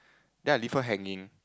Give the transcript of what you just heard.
then I leave her hanging